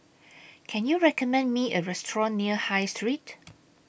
Can YOU recommend Me A Restaurant near High Street